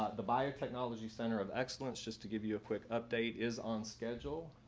the biotechnology center of excellence just to give you a quick update is on schedule.